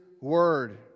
word